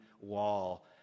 wall